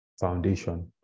foundation